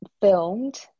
filmed